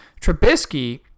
Trubisky